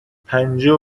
پنجاه